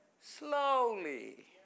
slowly